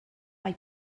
mae